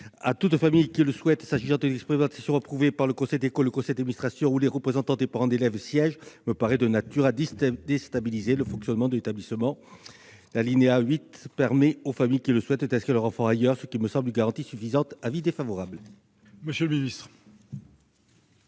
toute famille qui le souhaite s'agissant d'une expérimentation approuvée par le conseil d'école ou le conseil d'administration, où les représentants des parents d'élève siègent me paraîtrait de nature à déstabiliser le fonctionnement de l'établissement. L'alinéa 8 permet aux familles qui le souhaitent d'inscrire leur enfant ailleurs, ce qui me semble une garantie suffisante. Avis défavorable.